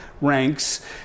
ranks